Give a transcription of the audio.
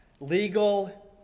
legal